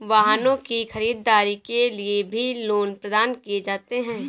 वाहनों की खरीददारी के लिये भी लोन प्रदान किये जाते हैं